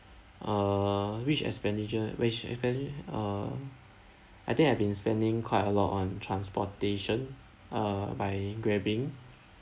uh which expenditure which expen~ uh I think I've been spending quite a lot on transportation uh by grabbing